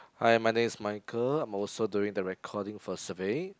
hi my name is Michael I'm also doing the recording for survey